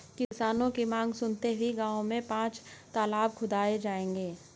किसानों की मांग सुनते हुए गांव में पांच तलाब खुदाऐ जाएंगे